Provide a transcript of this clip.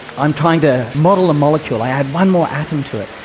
i'm trying to model a molecule, i add one more atom to it,